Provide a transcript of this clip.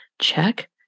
check